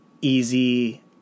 easy